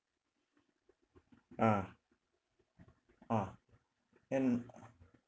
ah ah then